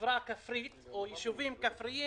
חברה כפרית, או ישובים כפריים